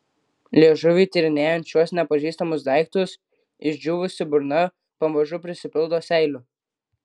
liežuviui tyrinėjant šiuos nepažįstamus daiktus išdžiūvusi burna pamažu prisipildo seilių